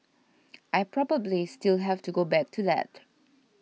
I probably still have to go back to that